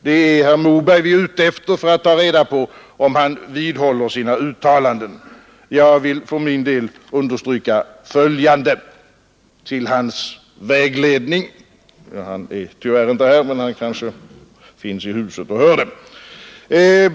Det är herr Moberg vi är ute efter för att ta reda på om han vidhåller sina uttalanden. Jag vill för min del till hans vägledning understryka följande — han är tyvärr inte här, men han kanske finns i huset och hör det.